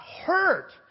hurt